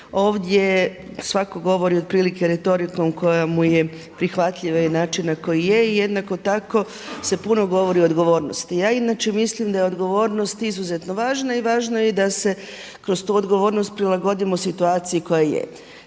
Ovdje svako govorio otprilike retorikom koja mu je prihvatljiva i načina koji je i jednako tako se puno govori o odgovornosti. Ja inače mislim da je odgovornost izuzetno važna i važno je da se kroz tu odgovornost prilagodimo situaciji koja je.